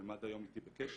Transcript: שהם עד היום איתי בקשר,